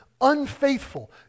unfaithful